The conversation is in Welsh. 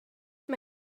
mae